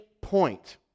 point